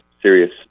serious